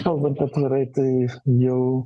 kalbant atvirai tai jau